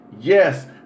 Yes